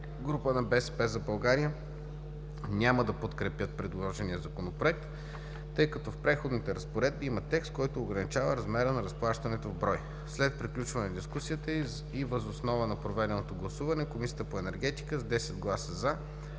група на „БСП за България“ няма да подкрепят предложения Законопроект, тъй като в преходните разпоредби има текст, който ограничава размера на разплащането в брой. След приключване на дискусията и въз основа на проведеното гласуване, Комисията по енергетика, с 10 гласа „за”,